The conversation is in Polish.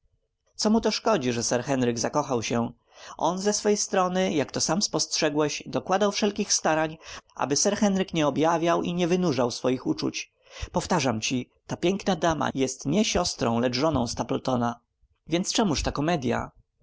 co mu to szkodzi że sir henryk zakochał się on ze swojej strony jak to sam spostrzegłeś dokładał wszelkich starań aby sir henryk nie objawiał i nie wynurzał swych uczuć powtarzam ci ta piękna dama jest nie siostrą lecz żoną stapletona więc czemuż ta komedya